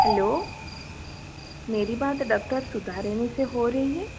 hello मेरी बात doctor Sudha Reni से हो रही है